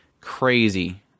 crazy